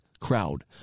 crowd